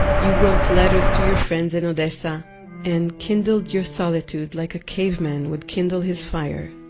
you wrote letters to your friends in odessa and kindled your solitude like a caveman would kindle his fire.